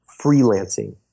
freelancing